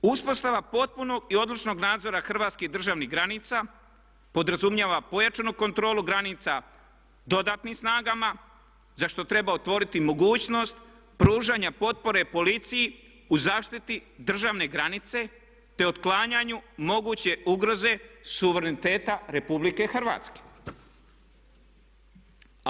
Uspostava potpunog i odlučnog nadzora hrvatskih državnih granica podrazumijeva pojačanu kontrolu granica dodatnim snagama za što treba otvoriti mogućnost pružanja potpore policiji u zaštiti državne granice te otklanjanju moguće ugroze suvereniteta Republike Hrvatske.